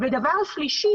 ודבר שלישי,